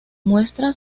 muestra